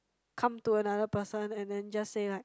come to another person and then just say like